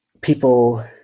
people